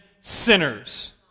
sinners